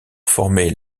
former